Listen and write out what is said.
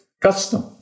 custom